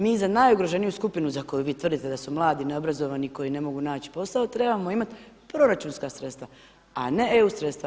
Mi za najugroženiju skupinu za koju vi tvrdite da su mladi, neobrazovani koji ne mogu naći posao, trebamo imati proračunska sredstva, a ne EU sredstva.